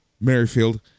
Merrifield